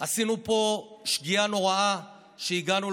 עשינו פה שגיאה נוראה שהגענו,